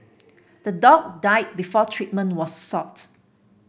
the dog died before treatment was sought